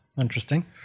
interesting